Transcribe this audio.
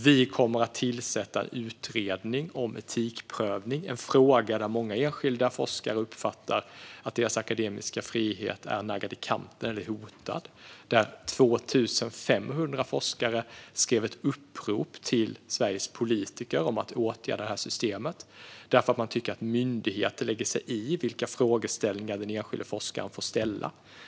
Vi kommer att tillsätta en utredning om etikprövning, något som många enskilda forskare uppfattar hotar deras akademiska frihet eller naggar den i kanten. 2 500 forskare skrev ett upprop till Sveriges politiker om att åtgärda det här systemet, eftersom man tycker att myndigheter lägger sig i vilka frågeställningar den enskilda forskaren får behandla.